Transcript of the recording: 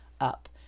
up